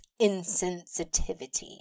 insensitivity